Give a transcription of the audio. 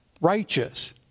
righteous